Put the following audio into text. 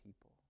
people